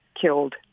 killed